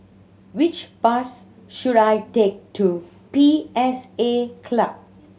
which bus should I take to P S A Club